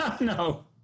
No